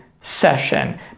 session